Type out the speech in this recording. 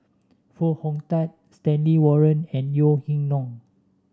Foo Hong Tatt Stanley Warren and Yeo Ning Hong